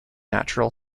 natural